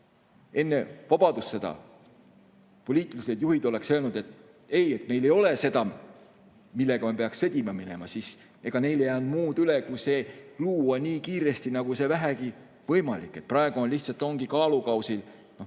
enne vabadussõda poliitilised juhid oleksid öelnud, et meil ei ole seda, millega me peaks sõdima minema? Ega neil ei jäänud muud üle, kui see luua nii kiiresti kui vähegi võimalik. Praegu lihtsalt ongi kaalukausil